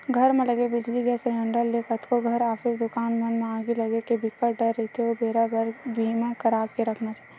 घर म लगे बिजली, गेस सिलेंडर ले कतको घर, ऑफिस, दुकान मन म आगी लगे के बिकट डर रहिथे ओ बेरा बर बीमा करा के रखना चाही